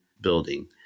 building